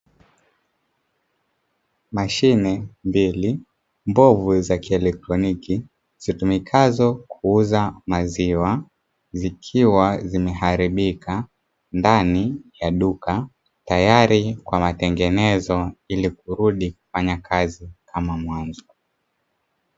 Mashine mbili mbovu za kielektroniki, zitumikazo kuuza maziwa zikiwa zimeharibika ndani ya duka tayari kwa matengenezo ili kurudi kufanya kazi kama mwanzo.